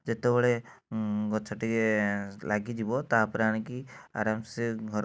ଯେତେବେଳେ ଗଛ ଟିକିଏ ଲାଗିଯିବ ତା ପରେ ଆଣିକି ଆରାମସେ ଘର